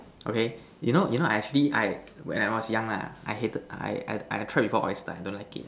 okay you know you know I actually I when I was young lah I hated I tried before oyster I don't like it